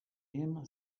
him